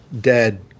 dead